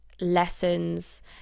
lessons